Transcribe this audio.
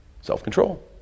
self-control